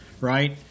right